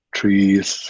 trees